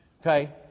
Okay